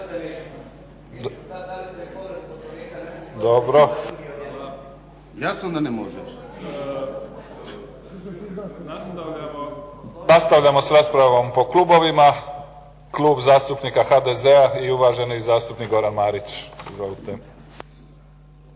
Dobro. Nastavljamo sa raspravom po klubovima, Klub zastupnika HDZ-a i uvaženi zastupnik Goran Marić.